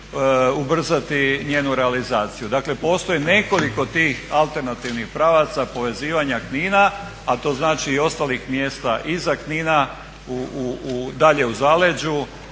ubrzati njenu realizaciju. Dakle postoje nekoliko tih alternativnih pravaca povezivanja Knina a to znači i ostalih mjesta iza Knina dalje u zaleđu